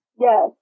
Yes